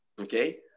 Okay